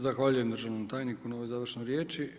Zahvaljujem državnom tajniku na ovoj završnoj riječi.